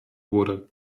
wurde